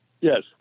Yes